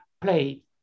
play